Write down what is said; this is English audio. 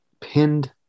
pinned